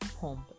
pump